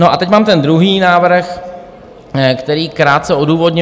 A teď mám ten druhý návrh, který krátce odůvodním.